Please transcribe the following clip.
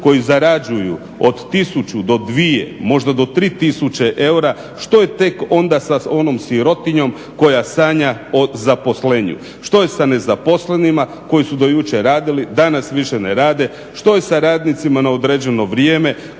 koji zarađuju od 1000 do 2000, možda do 3000 tisuće eura, što je tek onda sa onom sirotinjom koja sanja o zaposlenju? Što je sa nezaposlenima koji su do jučer radili, danas više ne rade, što je sa radnicima na određeno vrijeme